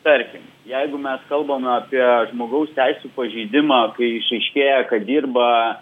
tarkim jeigu mes kalbame apie žmogaus teisių pažeidimą kai išryškėja kad dirba